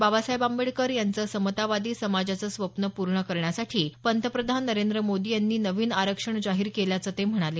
बाबासाहेब आंबेडकर याचं समतावादी समाजाचं स्वप्न पूर्ण करण्यासाठी पंतप्रधानमंत्री नरेंद्र मोदी यांनी नवीन आरक्षण जाहीर केल्याचं ते म्हणाले